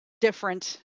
different